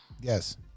Yes